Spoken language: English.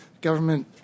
government